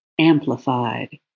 amplified